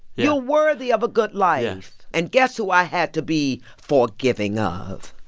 you're worthy of a good life. and guess who i had to be forgiving of?